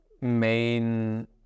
main